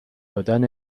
دادن